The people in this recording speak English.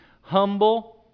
humble